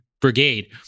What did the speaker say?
Brigade